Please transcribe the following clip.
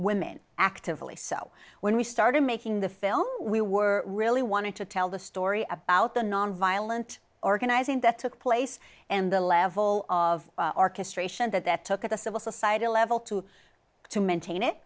women actively so when we started making the film we were really wanted to tell the story about the nonviolent organizing that took place and the level of orchestration that that took at the civil society level to to maintain it